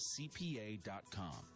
cpa.com